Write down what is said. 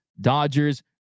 Dodgers